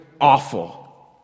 awful